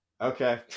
Okay